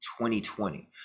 2020